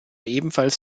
ebenfalls